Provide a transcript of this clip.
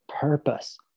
purpose